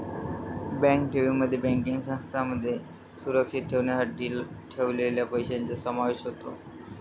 bank ठेवींमध्ये banking संस्थांमध्ये सुरक्षित ठेवण्यासाठी ठेवलेल्या पैशांचा समावेश होतो